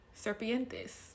serpientes